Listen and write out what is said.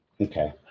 Okay